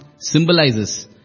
symbolizes